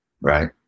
right